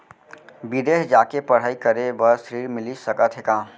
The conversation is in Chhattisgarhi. बिदेस जाके पढ़ई करे बर ऋण मिलिस सकत हे का?